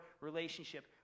Relationship